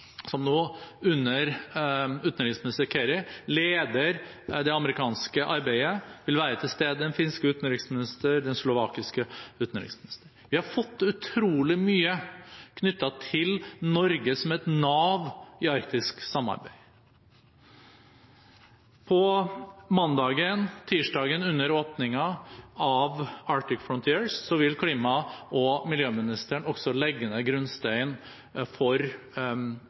som nå under utenriksminister Kerry leder det amerikanske arbeidet, den finske utenriksministeren og den slovakiske utenriksministeren vil være til stede. Vi har fått til utrolig mye med Norge som et nav i arktisk samarbeid. Under åpningen av Arctic Frontiers vil klima- og miljøministeren også legge ned grunnsteinen for